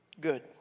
good